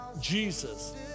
jesus